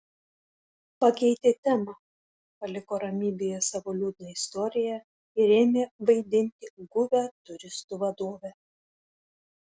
pakeitė temą paliko ramybėje savo liūdną istoriją ir ėmė vaidinti guvią turistų vadovę